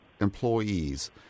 employees